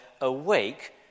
Awake